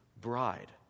bride